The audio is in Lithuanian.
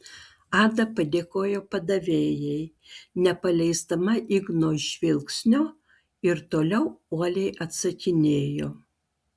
ada padėkojo padavėjai nepaleisdama igno žvilgsnio ir toliau uoliai atsakinėjo